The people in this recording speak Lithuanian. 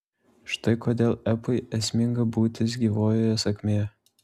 štai kodėl epui esminga būtis gyvojoje sakmėje